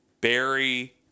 Barry